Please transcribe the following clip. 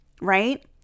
right